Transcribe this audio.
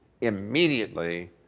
immediately